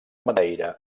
madeira